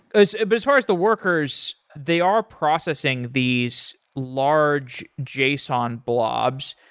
as but as far as the workers, they are processing these large json blobs.